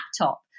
laptop